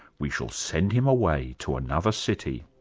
we shall send him away to another city.